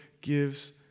gives